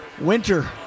Winter